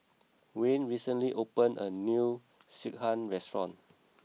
Wayne recently opened a new Sekihan restaurant